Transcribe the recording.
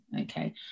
okay